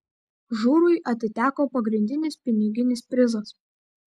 žurui atiteko pagrindinis piniginis prizas